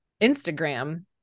Instagram